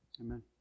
Amen